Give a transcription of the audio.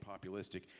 populistic